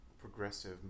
progressive